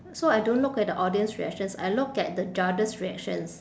so I don't look at the audience reactions I look at the judges' reactions